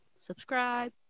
subscribe